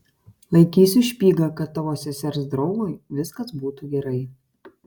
laikysiu špygą kad tavo sesers draugui viskas būtų gerai